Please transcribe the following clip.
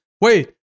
Wait